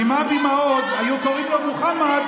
עם לאבי מעוז היו קוראים מוחמד,